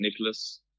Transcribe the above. Nicholas